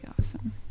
awesome